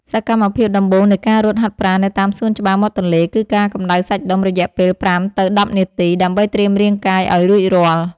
សកម្មភាពដំបូងនៃការរត់ហាត់ប្រាណនៅតាមសួនច្បារមាត់ទន្លេ គឺការកម្តៅសាច់ដុំ រយៈពេល ៥ ទៅ ១០ នាទី ដើម្បីត្រៀមរាងកាយឱ្យរួចរាល់។